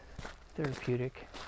therapeutic